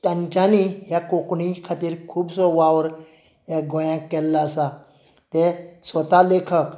तांच्यांनी ह्या कोंकणी खातीर खुबसो वावर ह्या गोंयाक केल्लो आसा ते स्वता लेखक